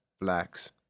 Blacks